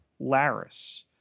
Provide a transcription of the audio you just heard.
Laris